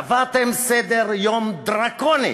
קבעתם סדר-יום דרקוני,